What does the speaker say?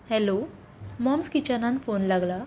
hello mom's किचनान phone लागला